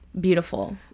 beautiful